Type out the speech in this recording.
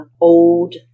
old